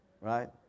right